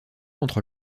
entre